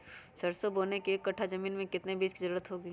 सरसो बोने के एक कट्ठा जमीन में कितने बीज की जरूरत होंगी?